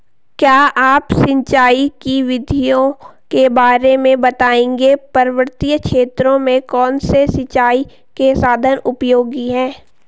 क्या आप सिंचाई की विधियों के बारे में बताएंगे पर्वतीय क्षेत्रों में कौन से सिंचाई के साधन उपयोगी हैं?